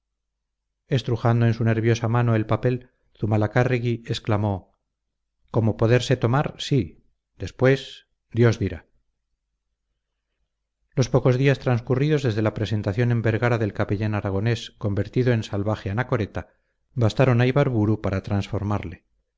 estrujando en su nerviosa mano el papel zumalacárregui exclamó como poderse tomar sí después dios dirá los pocos días transcurridos desde la presentación en vergara del capellán aragonés convertido en salvaje anacoreta bastaron a ibarburu para transformarle